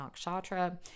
nakshatra